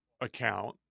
account